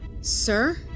Sir